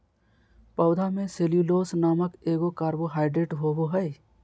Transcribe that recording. पौधा में सेल्यूलोस नामक एगो कार्बोहाइड्रेट होबो हइ